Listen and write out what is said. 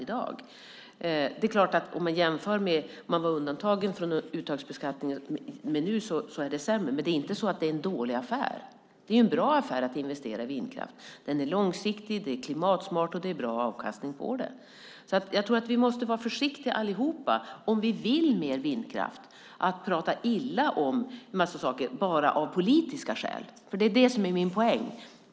Vid en jämförelse är det klart att dagens situation är sämre än om man vore undantagen från uttagsbeskattningen. Men det är inte så att det är en dålig affär. Det är en bra affär att investera i vindkraft. Den är långsiktig och klimatsmart, och det är bra avkastning. Om vi vill ha mer vindkraft måste vi allihop vara försiktiga med att prata illa om en massa saker av rent politiska skäl. Det är det som är min poäng.